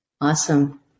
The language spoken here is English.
Awesome